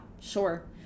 sure